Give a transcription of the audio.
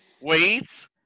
Wait